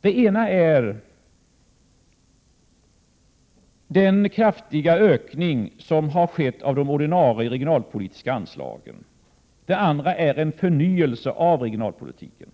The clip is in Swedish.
Det ena är den kraftiga ökning som har skett av de ordinarie regionalpolitiska anslagen. Det andra är en förnyelse av regionalpolitiken.